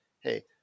Hey